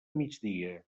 migdia